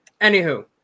anywho